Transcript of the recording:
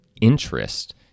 interest